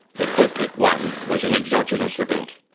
that opec one was an exogenous event,